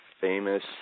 famous